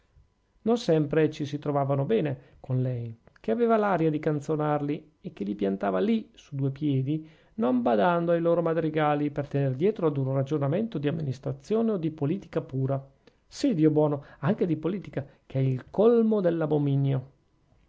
non sempre ci si trovavano bene con lei che aveva l'aria di canzonarli e che li piantava lì su due piedi non badando ai loro madrigali per tener dietro ad un ragionamento di amministrazione o di politica pura sì dio buono anche di politica che è il colmo dell'abominio